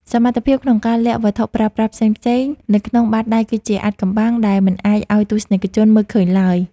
សមត្ថភាពក្នុងការលាក់វត្ថុប្រើប្រាស់ផ្សេងៗនៅក្នុងបាតដៃគឺជាអាថ៌កំបាំងដែលមិនអាចឱ្យទស្សនិកជនមើលឃើញឡើយ។